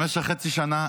במשך חצי שנה,